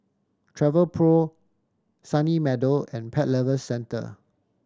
Travelpro Sunny Meadow and Pet Lovers Centre